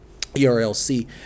ERLC